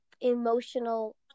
emotional